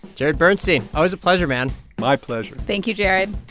jared bernstein, always a pleasure, man my pleasure thank you, jared